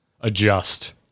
adjust